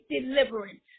deliverance